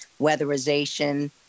weatherization